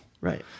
Right